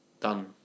done